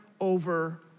over